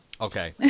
Okay